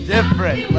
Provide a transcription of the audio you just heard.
Different